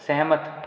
ਸਹਿਮਤ